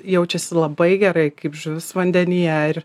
jaučiasi labai gerai kaip žuvis vandenyje ir